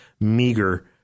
meager